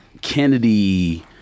Kennedy